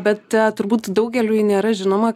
bet turbūt daugeliui nėra žinoma